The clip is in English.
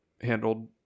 handled